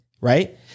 right